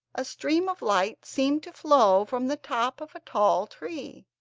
a stream of light seemed to flow from the top of a tall tree.